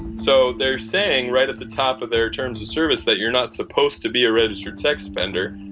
so they're saying right at the top of their terms of service that you're not supposed to be a registered sex offender.